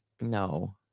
No